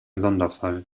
sonderfall